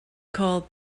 called